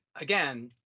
again